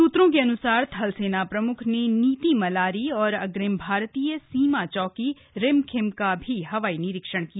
सूत्रों के अन्सार थल सेना प्रम्ख ने नीती मलारी और अग्रिम भारतीय सीमा चौकी रिम खिम का भी हवाई निरीक्षण किया